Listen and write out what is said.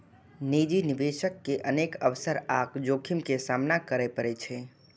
निजी निवेशक के अनेक अवसर आ जोखिम के सामना करय पड़ै छै